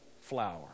flower